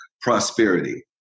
prosperity